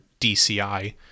DCI